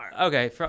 okay